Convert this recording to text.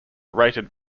rated